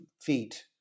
feet